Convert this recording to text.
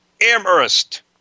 Amherst